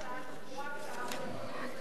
התחבורה עלתה.